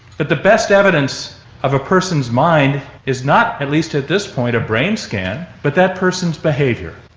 but the best evidence of a person's mind is not, at least at this point, a brain scan, but that person's behaviour.